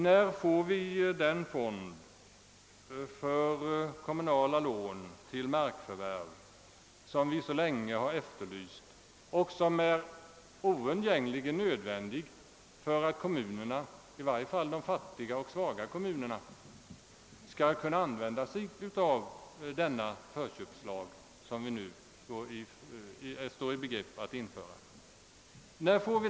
När får vi den fond för kommunala lån till markförvärv, som vi så länge har efterlyst och som är oundgängligen nödvändig för att kommunerna, i varje fall de fattiga och svaga, skall kunna använda sig av den förköpslag som vi nu står i begrepp att införa?